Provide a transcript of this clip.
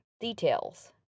details